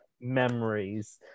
memories